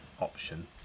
option